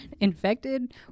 infected